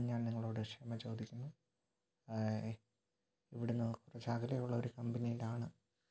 ഞാൻ നിങ്ങളോട് ക്ഷമ ചോദിക്കുന്നു ഇവിടെ നിന്ന് കുറച്ച് അകലെ ഉള്ള ഒരു കമ്പനിയിലാണ്